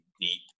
deep